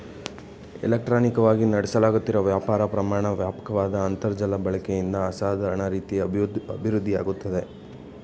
ಇಲೆಕ್ಟ್ರಾನಿಕವಾಗಿ ನಡೆಸ್ಲಾಗ್ತಿರೋ ವ್ಯಾಪಾರ ಪ್ರಮಾಣ ವ್ಯಾಪಕ್ವಾದ ಅಂತರ್ಜಾಲದ ಬಳಕೆಯಿಂದ ಅಸಾಧಾರಣ ರೀತಿ ಅಭಿವೃದ್ಧಿಯಾಗಯ್ತೆ